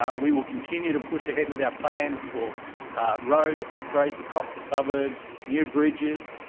ah we will continue to push ahead with our plans for road upgrades across the suburbs, new bridges,